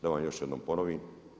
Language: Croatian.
Da vam još jednom ponovim.